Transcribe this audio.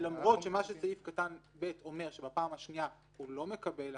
ולמרות מה שסעיף קטן (ב) אומר שבפעם השנייה הוא לא מקבל הפחתה,